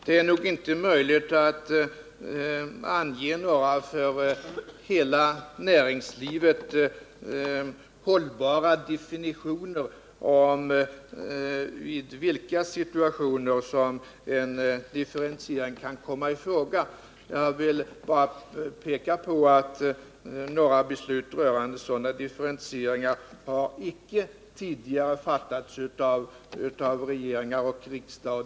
Herr talman! Det är nog inte möjligt att ange några för hela näringslivet hållbara definitioner på de situationer då en differentiering kan komma i fråga. Jag vill bara peka på att några beslut rörande sådana differentieringar icke tidigare har fattats av regeringar och riksdag.